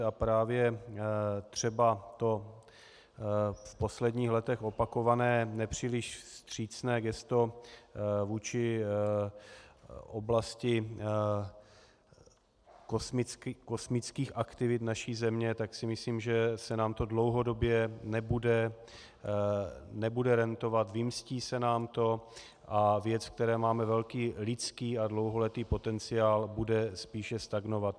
A právě třeba to v posledních letech opakované, nepříliš vstřícné gesto vůči oblasti kosmických aktivit naší země, si myslím, že se nám to dlouhodobě nebude rentovat, vymstí se nám to a věc, v které máme velký lidský a dlouholetý potenciál, bude spíše stagnovat.